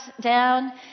down